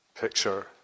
picture